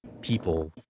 people